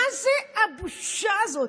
מה זאת הבושה הזאת?